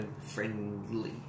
Friendly